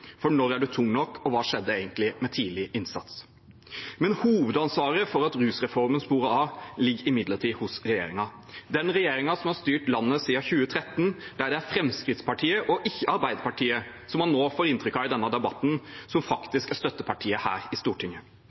For når er man tung nok? Og hva skjedde egentlig med tidlig innsats? Hovedansvaret for at rusreformen sporet av, ligger imidlertid hos regjeringen. Det ligger hos den regjeringen som har styrt landet siden 2013, der det er Fremskrittspartiet – og ikke Arbeiderpartiet, som man nå får inntrykk av i denne debatten – som faktisk er støttepartiet her i Stortinget.